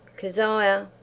kezia,